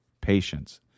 patience